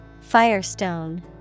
Firestone